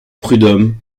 prud’homme